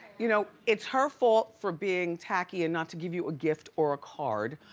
you know, it's her fault for being tacky and not to give you a gift or a card,